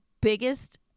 biggest